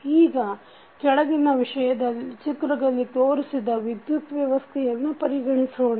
ಈಗ ಕೆಳಗಿನ ಚಿತ್ರದಲ್ಲಿ ತೋರಿಸಿದ ವಿದ್ಯುತ್ ವ್ಯವಸ್ಥೆಯನ್ನು ಪರಿಗಣಿಸೋಣ